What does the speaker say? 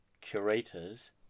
curators